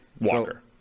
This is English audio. Walker